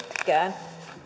pitkään